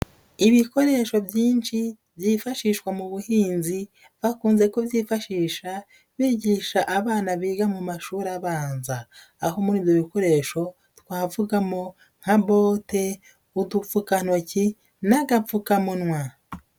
Ibikoresho byinshi byifashishwa mu buhinzi bakunze kubyifashisha bigisha abana biga mu mashuri abanza, aho muri ibyo bikoresho twavugamo nka bote, udupfukantoki n'agapfukamunwa.